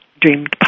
dreamed